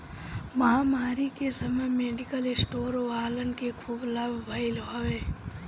महामारी के समय मेडिकल स्टोर वालन के खूब लाभ भईल हवे